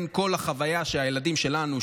כל החוויה שהילדים שלנו,